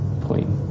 point